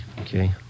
Okay